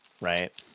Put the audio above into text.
Right